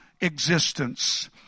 existence